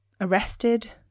arrested